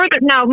no